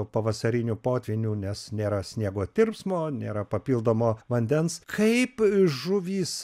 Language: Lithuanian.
pavasarinių potvynių nes nėra sniego tirpsmo nėra papildomo vandens kaip žuvys